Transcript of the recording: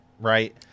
right